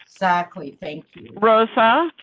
exactly. thank you.